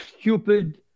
stupid